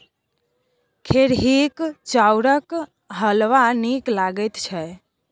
खेरहीक चाउरक हलवा नीक लगैत छै